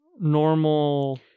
normal